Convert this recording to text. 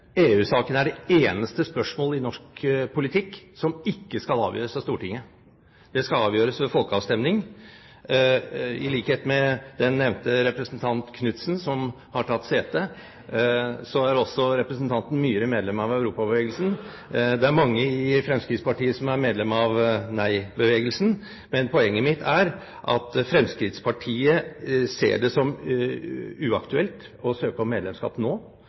er det eneste spørsmålet i norsk politikk som ikke skal avgjøres av Stortinget, det skal avgjøres ved folkeavstemning. I likhet med nevnte representant Knudsen, som har tatt sete, er også representanten Myhre medlem av Europabevegelsen. Det er også mange i Fremskrittspartiet som er medlem av nei-bevegelsen. Poenget mitt er at Fremskrittspartiet ser det som uaktuelt å søke om medlemskap nå.